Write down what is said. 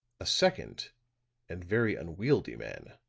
a second and very unwieldy man,